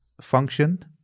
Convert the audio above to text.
function